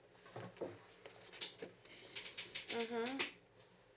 mmhmm